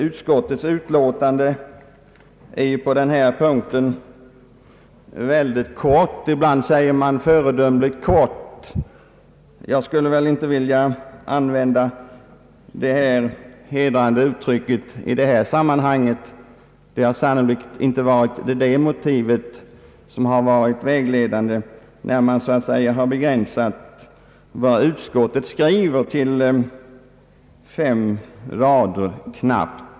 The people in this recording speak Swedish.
Utskottets utlåtande är ju på denna punkt mycket kort — ibland säger man föredömligt kort. Jag skulle dock inte vilja använda det hedrande uttrycket i detta sammanhang; sannolikt har inte det motivet varit vägledande när man begränsat vad utskottet skrivit till knappt fem rader.